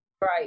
Right